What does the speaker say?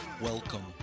Welcome